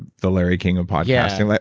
the larry king of podcasting? like